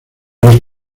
los